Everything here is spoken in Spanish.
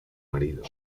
marido